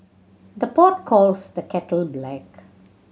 the pot calls the kettle black